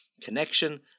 connection